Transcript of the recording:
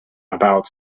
about